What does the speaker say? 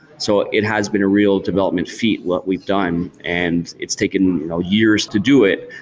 so it has been a real development feat what we've done and it's taken you know years to do it.